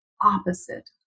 opposite